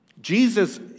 Jesus